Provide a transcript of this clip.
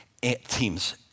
teams